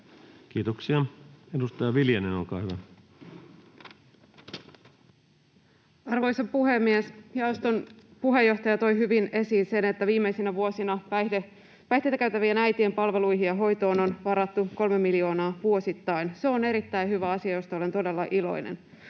Kiitoksia. — Edustaja Viljanen, olkaa hyvä. Arvoisa puhemies! Jaoston puheenjohtaja toi hyvin esiin sen, että viimeisinä vuosina päihteitä käyttävien äitien palveluihin ja hoitoon on varattu 3 miljoonaa vuosittain. Se on erittäin hyvä asia, josta olen todella iloinen.